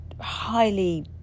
highly